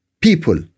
people